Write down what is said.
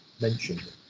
mentioned